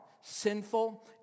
sinful